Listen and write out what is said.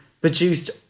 produced